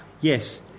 yes